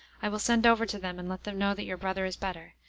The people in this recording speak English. i will send over to them and let them know that your brother is better,